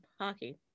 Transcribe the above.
hockey